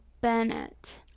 Bennett